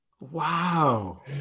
wow